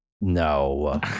no